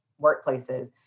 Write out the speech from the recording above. workplaces